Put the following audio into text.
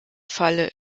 falle